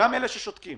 גם אלה ששותקים